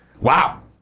Wow